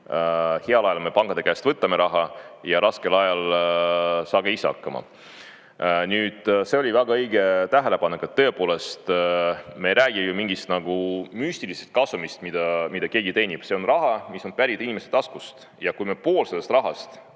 heal ajal me pankade käest võtame raha ja raskel ajal [ütleme, et] saage ise hakkama. See oli väga õige tähelepanek. Tõepoolest me ei räägi mingist müstilisest kasumist, mida keegi teenib. See on raha, mis on pärit inimeste taskust, ja kui me pool sellest rahast,